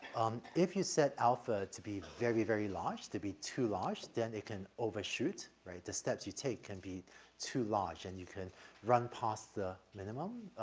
um, if you set alpha to be very very large, to be too large then they can overshoot, right. the steps you take can be too large and you can run past the minimum.